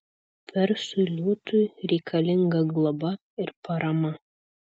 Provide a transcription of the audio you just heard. persui liūtui reikalinga globa ir parama